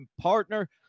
partner